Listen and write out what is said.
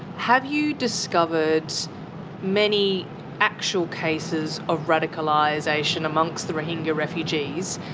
have you discovered many actual cases of radicalization amongst the rohingya refugees.